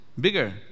bigger